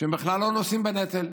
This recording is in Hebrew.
שהם בכלל לא נושאים בנטל?